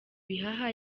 bihaha